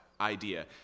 idea